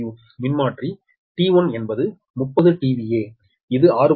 மின்மாற்றி T1என்பது 30 MVA இது 6